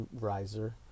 riser